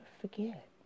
forget